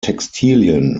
textilien